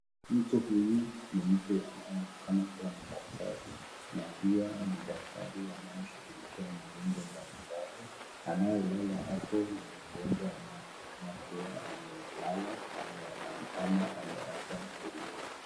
Mtu huyu ni mtu anayeonekana kuwa ni daktari na pia ni daktari anayeshughulikia magonjwa mbalimbali. Anayelala hapo ni mgonjwa anayeonekana kuwa amelala ama ameaga dunia.